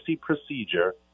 procedure